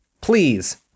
Please